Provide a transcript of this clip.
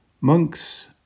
monks